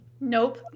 Nope